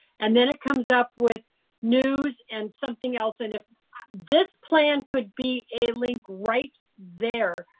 and then it comes up with news and something else. and if this plan could be a link right there,